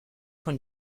von